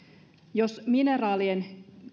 jos mineraalien